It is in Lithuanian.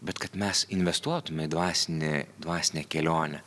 bet kad mes investuotume į dvasinį dvasinę kelionę